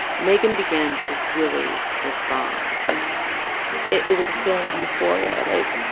megan began to really respond it it was a feeling of euphoria like,